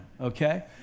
okay